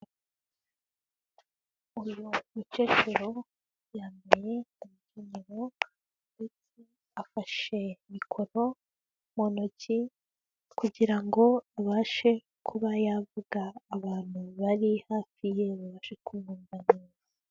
Uyu mukecuru yambaye imikenyero ndetse afashe mikoro muntoki kugira ngo abashe kuba yavuga abantu bari hafi ye babashe kumva.